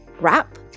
wrap